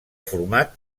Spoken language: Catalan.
format